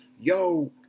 yo